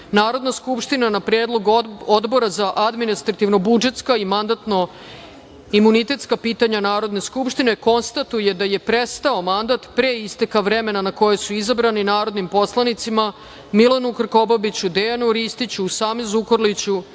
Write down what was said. Narodne skupština, na predlog Odbora za administrativno-budžetska i mandatno-imunitetska pitanja Narodne skupštine, konstatuje da je prestao mandat pre isteka vremena na koji su izabrani narodnim poslanicima Milanu Krkobabiću, Dejanu Ristiću, Usame Zukorliću,